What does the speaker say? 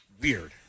weird